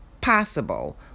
possible